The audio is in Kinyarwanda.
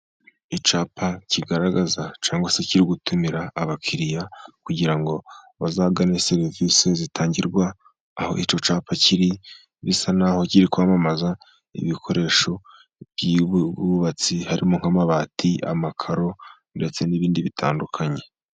Icyapa kigaragaza cyangwa se kiri gutumira abakiriya, kugira ngo bazagane serivisi zitangirwa aho cyo cyapa kiri, bisa n'aho kiri kwamamaza ibikoresho by'ubwubatsi harimo nk'amabati, amakaro, ndetse n'ibindi bitandukanye.